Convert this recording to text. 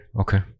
okay